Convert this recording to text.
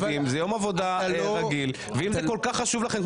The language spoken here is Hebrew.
אם זה כל כך חשוב לכם,